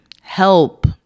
help